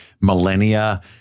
millennia